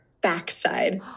backside